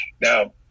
Now